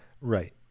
right